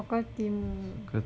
soccer team